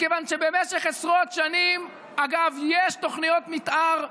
מכיוון שבמשך עשרות שנים, אגב, יש תוכניות מתאר,